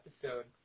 episode